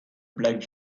black